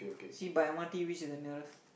see by M_R_T which is the nearest